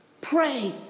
Pray